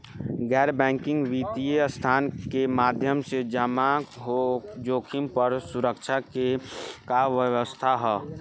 गैर बैंकिंग वित्तीय संस्था के माध्यम से जमा जोखिम पर सुरक्षा के का व्यवस्था ह?